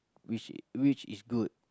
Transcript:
which which is good